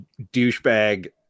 douchebag